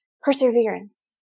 perseverance